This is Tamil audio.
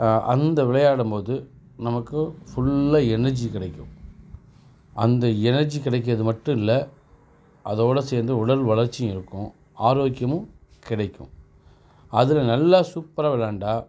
அந்த விளையாடும்போது நமக்கு ஃபுல்லாக எனர்ஜி கிடைக்கும் அந்த எனர்ஜி கிடைக்கிறது மட்டும் இல்லை அதோடு சேர்ந்து உடல் வளர்ச்சியும் இருக்கும் ஆரோக்கியமும் கிடைக்கும் அதில் நல்லா சூப்பராக விளையாண்டா